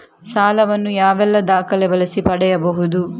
ಸಾಲ ವನ್ನು ಯಾವೆಲ್ಲ ದಾಖಲೆ ಬಳಸಿ ಪಡೆಯಬಹುದು?